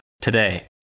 today